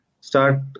start